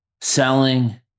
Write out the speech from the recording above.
selling